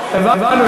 הבנו,